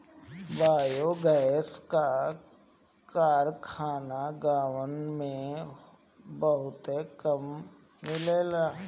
biogas क कारखाना गांवन में बहुते कम मिलेला